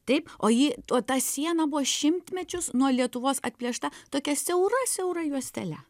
taip o ji to ta siena buvo šimtmečius nuo lietuvos atplėšta tokia siaura siaura juostele